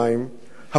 הפקת ענק,